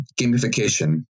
gamification